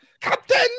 captain